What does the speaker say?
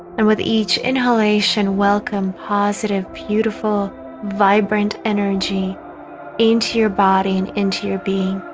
and with each inhalation welcome positive beautiful vibrant energy into your body and into your being